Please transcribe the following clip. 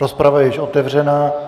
Rozprava je již otevřena.